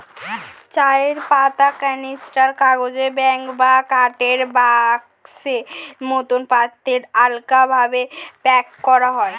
চায়ের পাতা ক্যানিস্টার, কাগজের ব্যাগ বা কাঠের বাক্সের মতো পাত্রে আলগাভাবে প্যাক করা হয়